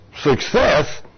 success